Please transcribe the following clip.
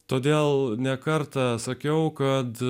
todėl ne kartą sakiau kad